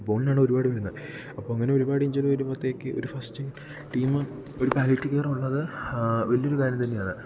ഫുട്ബോളിനാണ് ഒരുപാട് വരുന്നൂത് അപ്പോൾ അങ്ങനെ ഒരുപാട് ഇഞ്ചുറി വരുമ്പോഴത്തേക്ക് ഒരു ഫസ്റ്റ് ടീമ് ഒരു പാലിയേറ്റിവ് കെയറ് ഉള്ളത്ത് വലിയ രു കാര്യം തന്നെയാണ്